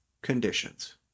conditions